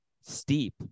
steep